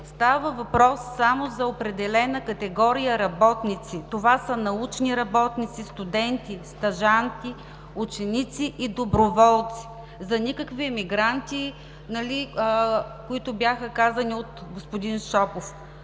Става въпрос само за определена категория работници. Това са научни работници, студенти, стажанти, ученици и доброволци, за никакви емигранти, които бяха казани от господин Шопов.